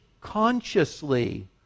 consciously